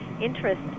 interest